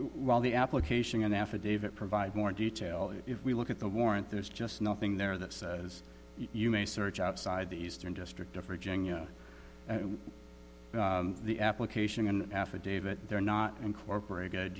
while the application and affidavit provide more detail if we look at the warrant there's just nothing there that says you may search outside the eastern district of virginia and the application and affidavit they're not incorporated